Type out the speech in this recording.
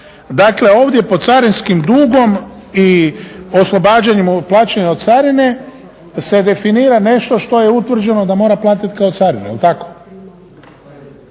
dakle ovdje pod carinskim dugom i oslobađanjem plaćanja od carine se definira nešto što je utvrđeno da mora platit kao carinu,